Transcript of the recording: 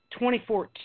2014